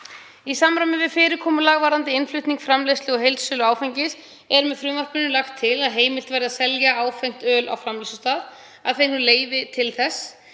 Í samræmi við fyrirkomulag varðandi innflutning, framleiðslu og heildsölu áfengis er með frumvarpinu lagt til að heimilt verði að selja áfengt öl á framleiðslustað að fengnu leyfi til þess.